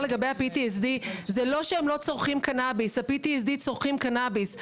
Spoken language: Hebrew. זה לא שהם לא צורכים קנביס; ה-PTSD צורכים קנביס,